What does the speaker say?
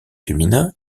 féminin